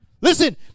Listen